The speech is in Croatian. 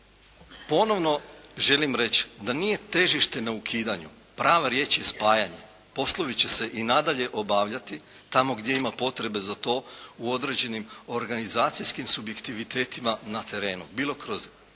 ponovno želim reći da nije težište na ukidanju, prava riječ je spajanje. Poslovi će se i nadalje obavljati tamo gdje ima potrebe za to u određenim organizacijskim subjektivitetima na terenu bilo kroz